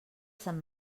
sant